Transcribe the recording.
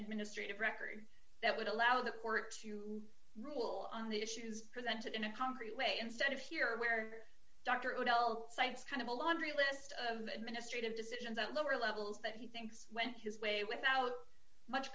administrative record that would allow the court to rule on the issues presented in a concrete way instead of here where dr odell sites kind of a laundry list of administrative decisions at lower levels that he thinks went his way without much